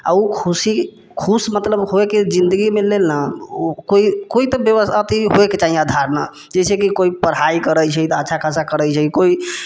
आओर उ खुशी खुश मतलब होइके जिन्दगीमे लेलन उ कोइ कोइ तऽ अथी होइके चाही आधार ने जैसेकी कोइ पढ़ाइ करै छै तऽ अच्छा खासा करै छै कोइ